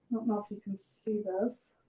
know if you can see this.